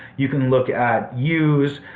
you can look at used,